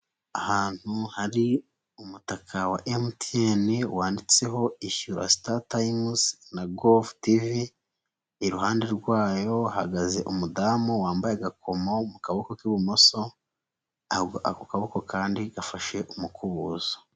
Ahantu hari umutaka wa MTN, wanditseho ishyura Startimes na govu tivi, iruhande rwayo hahagaze umudamu wambaye agakomo mu kaboko k'ibumoso, ako kaboko kandi gafashe umukubuzo.